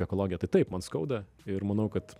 apie ekologiją tai taip man skauda ir manau kad